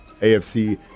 AFC